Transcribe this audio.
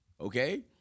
Okay